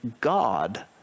God